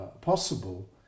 possible